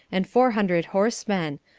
and four hundred horsemen,